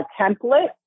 template